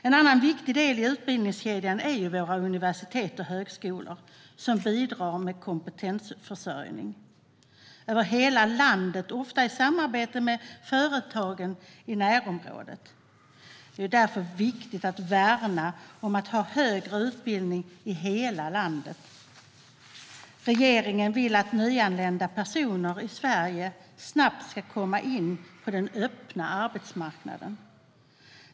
En annan viktig del i utbildningskedjan är våra universitet och högskolor, som bidrar med kompetensförsörjning över hela landet och ofta i samarbete med företagen i närområdet. Det är därför viktigt att värna om att ha högre utbildning i hela landet. Regeringen vill att nyanlända personer i Sverige snabbt ska komma in på den öppna arbetsmarknaden.